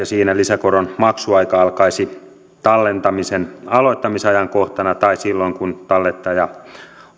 siinä lisäkoron maksuaika alkaisi tallentamisen aloittamisajankohtana tai silloin kun tallettaja